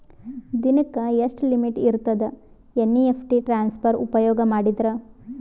ದಿನಕ್ಕ ಎಷ್ಟ ಲಿಮಿಟ್ ಇರತದ ಎನ್.ಇ.ಎಫ್.ಟಿ ಟ್ರಾನ್ಸಫರ್ ಉಪಯೋಗ ಮಾಡಿದರ?